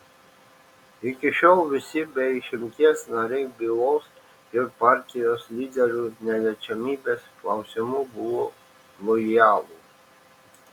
iki šiol visi be išimties nariai bylos ir partijos lyderių neliečiamybės klausimu buvo lojalūs